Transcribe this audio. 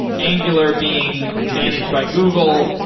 angular being managed by google,